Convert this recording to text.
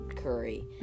Curry